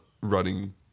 running